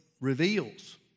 reveals